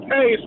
Hey